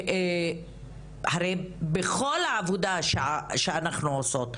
הרי בכל העבודה שאנחנו עושות,